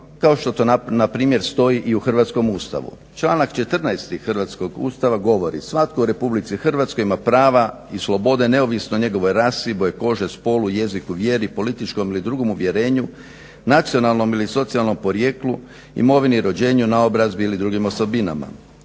kao što to na primjer stoji i u hrvatskom Ustavu. Članak 14. hrvatskog Ustava govori: "Svatko u Republici Hrvatskoj ima prava i slobode neovisno o njegovoj rasi, boji kože, spolu, jeziku, vjeri, političkom ili drugom uvjerenju, nacionalnom ili socijalnom porijeklu, imovini, rođenju, naobrazbi ili drugim osobinama."